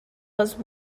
les